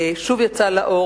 הוא יצא שוב לאור,